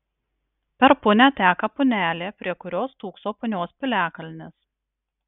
per punią teka punelė prie kurios stūkso punios piliakalnis